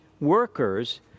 workers